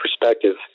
perspective